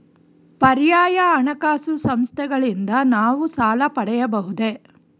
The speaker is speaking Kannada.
ಪರ್ಯಾಯ ಹಣಕಾಸು ಸಂಸ್ಥೆಗಳಿಂದ ನಾವು ಸಾಲ ಪಡೆಯಬಹುದೇ?